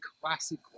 classic